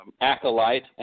acolyte